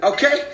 Okay